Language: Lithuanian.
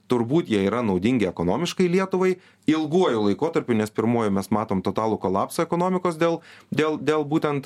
turbūt jie yra naudingi ekonomiškai lietuvai ilguoju laikotarpiu nes pirmuoju mes matom totalų kolapsą ekonomikos dėl dėl dėl būtent